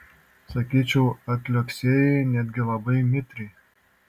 sakyčiau atliuoksėjai netgi labai mitriai